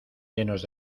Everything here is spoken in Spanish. llenos